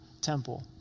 temple